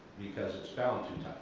because it's bound